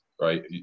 right